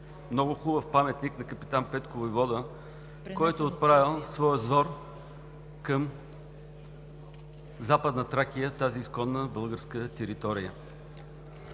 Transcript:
много хубав паметник на Капитан Петко войвода, който е отправил своя взор към Западна Тракия – тази изконна българска територия.